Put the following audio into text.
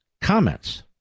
comments